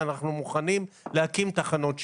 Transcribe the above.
אנחנו מוכנים להקים תחנות שיטור.